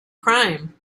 crime